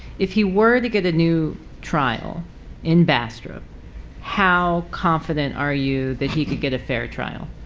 if he were to get a new trial in bastrop how confident are you that he could get a fair trial?